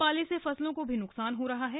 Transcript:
पाले से फसलों को भी नुकसान हो रहा है